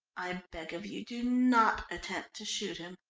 i beg of you do not attempt to shoot him.